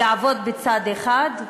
יעבדו בצד אחד,